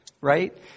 right